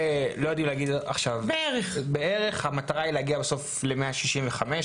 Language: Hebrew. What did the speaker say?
המטרה היא להגיע בסוף ל-165,